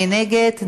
מי נגד?